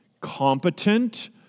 competent